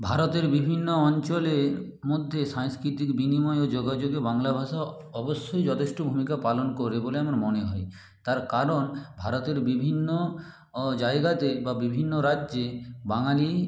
ভারতের বিভিন্ন অঞ্চলের মধ্যে সাংস্কৃতিক বিনিময় ও যোগাযোগে বাংলা ভাষা অবশ্যই যথেষ্ট ভূমিকা পালন করে বলে আমার মনে হয় তার কারণ ভারতের বিভিন্ন জায়গাতে বা বিভিন্ন রাজ্যে বাঙালি